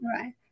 Right